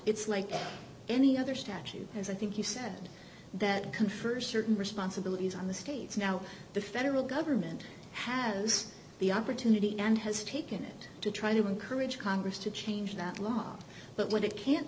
it's like any other statute as i think you said that confers certain responsibilities on the states now the federal government has the opportunity and has taken it to try to encourage congress to change that law but what it can't